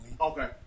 Okay